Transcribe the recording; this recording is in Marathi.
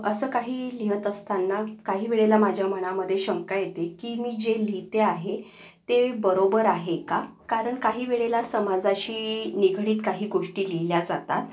असं काही लिहित असताना काही वेळेला माझ्या मनामध्ये शंका येते की मी जे लिहिते आहे ते बरोबर आहे का कारण काही वेळेला समाजाशी निगडित काही गोष्टी लिहिल्या जातात